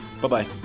Bye-bye